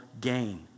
gain